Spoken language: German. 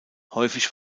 häufig